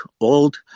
old